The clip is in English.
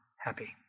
happy